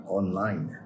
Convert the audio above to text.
online